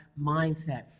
mindset